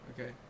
Okay